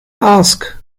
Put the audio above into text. ask